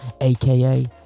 aka